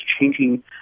changing